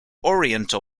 oriental